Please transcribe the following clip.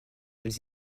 elles